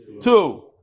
Two